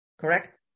correct